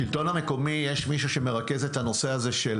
המקומי יש מישהו שמרכז את הנושא הזה של